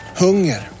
hunger